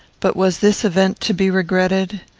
but was this event to be regretted?